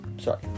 Sorry